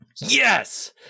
Yes